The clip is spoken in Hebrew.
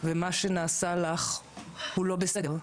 ומה שנעשה לך הוא לא בסדר.